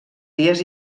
dies